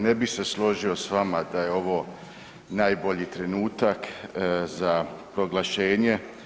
Ne bih se složio s vama da je ovo najbolji trenutak za proglašenje.